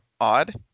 odd